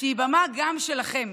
שהיא בימה גם שלכם,